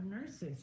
nurses